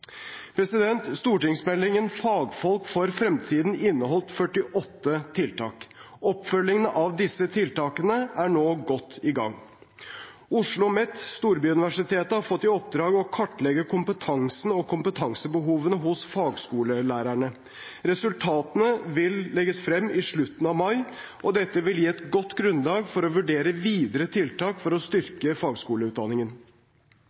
Stortingsmeldingen Fagfolk for fremtiden inneholdt 48 tiltak. Oppfølgingen av disse tiltakene er nå godt i gang. OsloMet – storbyuniversitetet, har fått i oppdrag å kartlegge kompetansen og kompetansebehovet hos fagskolelærerne. Resultatene vil legges frem i slutten av mai, og dette vil gi et godt grunnlag for å vurdere videre tiltak for å